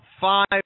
five